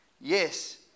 Yes